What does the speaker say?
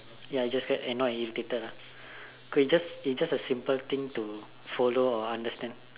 ya you just get annoyed and irritated lah could be just it's just a simple thing to follow and understand